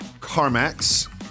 CarMax